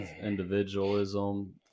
individualism